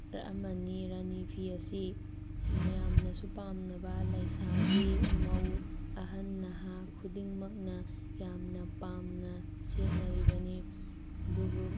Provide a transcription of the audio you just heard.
ꯑꯃꯅꯤ ꯔꯥꯅꯤ ꯐꯤ ꯑꯁꯤ ꯃꯌꯥꯝꯅꯁꯨ ꯄꯥꯝꯅꯕ ꯂꯩꯁꯥꯕꯤ ꯃꯧ ꯑꯍꯜ ꯅꯍꯥ ꯈꯨꯗꯤꯡꯃꯛꯅ ꯌꯥꯝꯅ ꯄꯥꯝꯅ ꯁꯦꯠꯅꯔꯤꯕꯅꯤ ꯑꯗꯨꯕꯨ